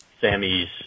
Sammy's